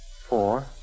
Four